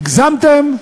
הגזמתם,